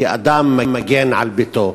כי אדם מגן על ביתו.